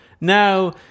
Now